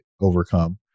overcome